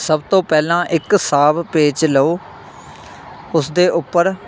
ਸਭ ਤੋਂ ਪਹਿਲਾਂ ਇੱਕ ਸਾਫ ਪੇਜ ਲਉ ਉਸਦੇ ਉੱਪਰ